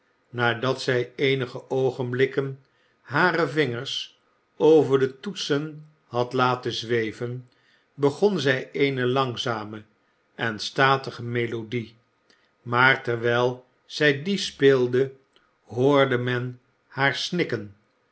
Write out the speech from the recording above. nadat zij eenige oogenblikken hare vingers over de toetsen had laten zweven begon zij eene langzame en statige melodie maar terwijl zij die speelde hoorde men haar snikken